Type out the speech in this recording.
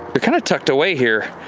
you're kind of tucked away here.